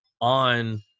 on